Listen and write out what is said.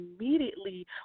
immediately